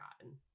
gotten